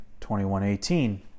21-18